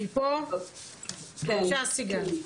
בבקשה סיגל.